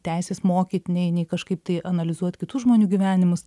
teisės mokyt nei nei kažkaip tai analizuot kitų žmonių gyvenimus